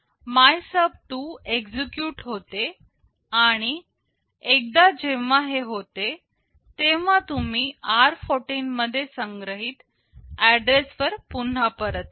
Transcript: MYSUB2 execute होते आणि एकदा जेव्हा हे होते तेव्हा तुम्ही r14 मध्ये संग्रहित ऍड्रेसवर पुन्हा परत येता